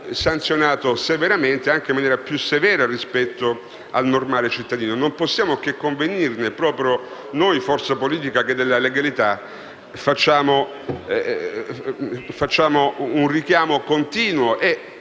sanzionato severamente, in maniera anche più severa rispetto al normale cittadino. Non possiamo che convenire su questo, proprio noi forza politica che alla legalità facciamo un richiamo continuo e